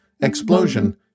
Explosion